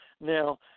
now